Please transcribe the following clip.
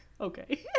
Okay